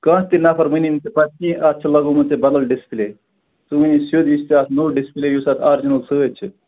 کانٛہہ تہِ نَفر ونی نہٕ ژےٚ پَتہٕ کیٚنٛہہ اَتھ چھُ لَگوومُت ژےٚ بَدل ڈِسپیلے سُہ وَنہِ سیٚود یہِ چھُ ژےٚ اَتھ نوٚو ڈِسپیلے یُس اَتھ آرجِنَل سٍتۍ چھُ